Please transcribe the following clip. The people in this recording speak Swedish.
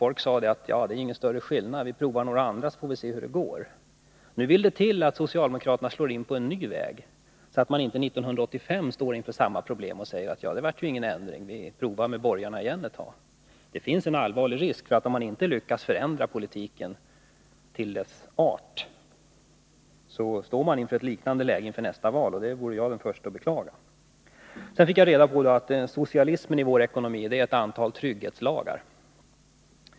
Folk sade: Det är ingen större skillnad — vi provar några andra, så får vi se hur det går. Nu vill det till att socialdemokraterna slår in på en ny väg, så att folk inte står inför samma problem 1985 och säger: Det blev ju ingen ändring — vi provar med borgarna igen ett tag. Det finns en allvarlig risk för att socialdemokraterna, om de inte lyckas förändra politiken till dess art, står inför ett liknande läge vid nästa val, och det vore jag den förste att beklaga. Jag fick reda på att socialismen i vår ekonomi är ett antal trygghetslagar.